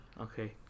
okay